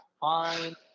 fine